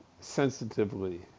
sensitively